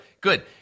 good